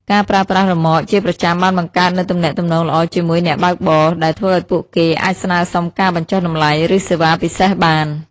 ការប្រើប្រាស់រ៉ឺម៉កជាប្រចាំបានបង្កើតនូវទំនាក់ទំនងល្អជាមួយអ្នកបើកបរ ដែលធ្វើឱ្យពួកគេអាចស្នើសុំការបញ្ចុះតម្លៃឬសេវាពិសេសបាន។